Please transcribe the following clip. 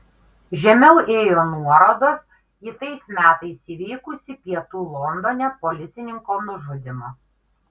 žemiau ėjo nuorodos į tais metais įvykusį pietų londone policininko nužudymą